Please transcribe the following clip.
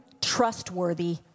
trustworthy